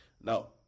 Now